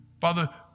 Father